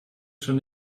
schon